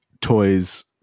toys